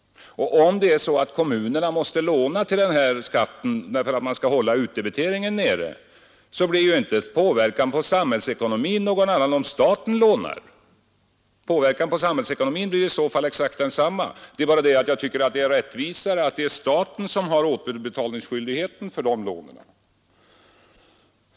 Om kommunerna måste låna till den här skatten för att hålla utdebiteringen nere, så blir ju påverkan på samhällsekonomin inte någon annan än om staten lånar. Påverkan på samhällsekonomin blir i så fall exakt densamma, men jag tycker att det är rättvisare att staten har återbetalningsskyldigheten för de lånen.